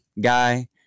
guy